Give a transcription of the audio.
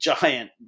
giant